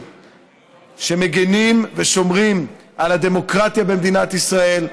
שמגינים ושומרים על הדמוקרטיה במדינת ישראל,